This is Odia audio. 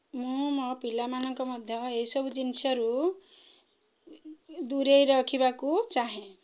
ମୁଁ ମୋ ପିଲାମାନଙ୍କୁ ମଧ୍ୟ ଏହିସବୁ ଜିନିଷରୁ ଦୂରେଇ ରଖିବାକୁ ଚାହେଁ